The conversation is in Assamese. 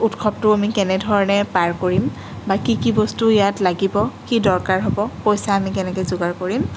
উৎসৱটো আমি কেনেধৰণেৰে পাৰ কৰিম বা কি কি বস্তু ইয়াত লাগিব কি দৰকাৰ হ'ব পইচা আমি কেনেকৈ যোগাৰ কৰিম